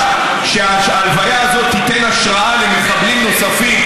שההלוויה הזאת תיתן השראה למחבלים נוספים,